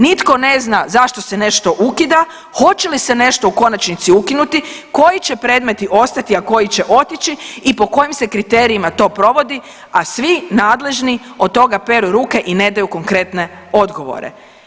Nitko ne zna zašto se nešto ukida, hoće li se nešto u konačnici ukinuti, koji će predmeti ostati, a koji će otići i po kojim se kriterijima to provodi, a svi nadležni od toga peru ruke i ne daju konkretne odgovore.